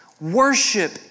Worship